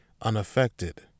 unaffected